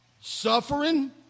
Suffering